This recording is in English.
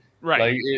right